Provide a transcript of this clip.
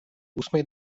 ósmej